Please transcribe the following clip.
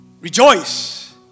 Rejoice